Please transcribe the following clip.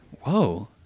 whoa